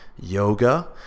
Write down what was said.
yoga